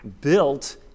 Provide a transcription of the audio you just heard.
built